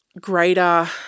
greater